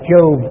Job